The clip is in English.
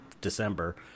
december